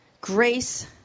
Grace